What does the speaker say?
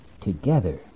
together